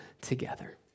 together